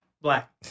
black